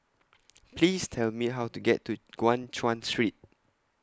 Please Tell Me How to get to Guan Chuan Street